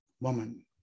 woman